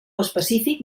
específic